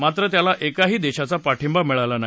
मात्र त्याला एकाही देशाचा पाठिंबा मिळाला नाही